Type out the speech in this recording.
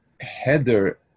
header